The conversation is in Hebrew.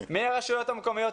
מהרשויות המקומיות,